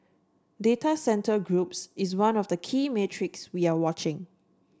data centre groups is one of the key metrics we are watching